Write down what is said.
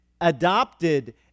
adopted